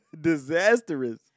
disastrous